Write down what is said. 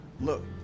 look